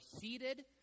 seated